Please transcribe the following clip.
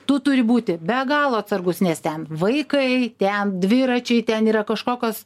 tu turi būti be galo atsargus nes ten vaikai ten dviračiai ten yra kažkokios